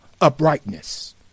Uprightness